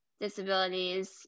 disabilities